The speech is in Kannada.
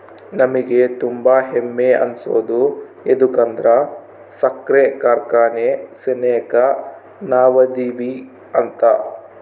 ನಮಿಗೆ ತುಂಬಾ ಹೆಮ್ಮೆ ಅನ್ಸೋದು ಯದುಕಂದ್ರ ಸಕ್ರೆ ಕಾರ್ಖಾನೆ ಸೆನೆಕ ನಾವದಿವಿ ಅಂತ